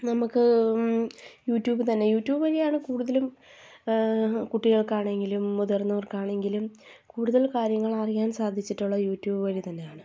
നമുക്ക് യൂട്യൂബ് തന്നെ യൂട്യൂബ് വഴിയാണ് കൂടുതലും കുട്ടികൾക്കാണെങ്കിലും മുതിർന്നവർക്കാണെങ്കിലും കൂടുതൽ കാര്യങ്ങൾ അറിയാൻ സാധിച്ചിട്ടുള്ളത് യുട്യൂബ് വഴി തന്നെയാണ്